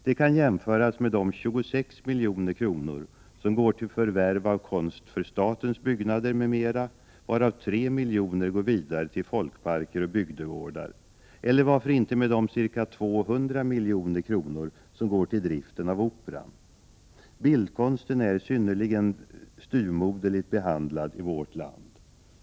Det kan jämföras med de 26 milj.kr. som går till förvärv av konst för statens byggnader m.m., varav 3 milj.kr. går vidare till folkparker och bygdegårdar, eller varför inte med de ca 200 milj.kr. som går till driften av Operan. Bildkonsten är synnerligen styvmoderligt behandlad i vårt land.